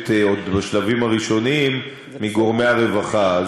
עוד בשלבים הראשוניים מגורמי הרווחה.